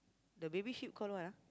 the baby sheep call what ah